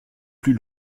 plus